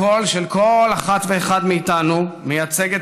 הקול של כל אחת ואחד מאיתנו מייצג את